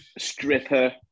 Stripper